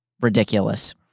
Ridiculous